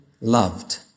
loved